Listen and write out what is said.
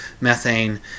methane